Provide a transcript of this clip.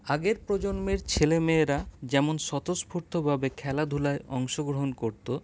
আগের প্রজন্মের ছেলে মেয়েরা যেমন স্বতঃস্ফূর্তভাবে খেলাধুলায় অংশগ্রহণ করতো